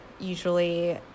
usually